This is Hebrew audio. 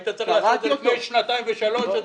אתה הייתי צריך להתחיל עם זה לפני שנתיים ושלוש אדוני.